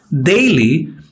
Daily